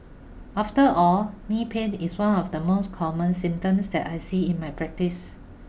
after all knee pain is one of the most common symptoms that I see in my practice